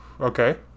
Okay